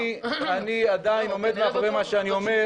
אני עדיין עומד מאחורי מה שאני אומר.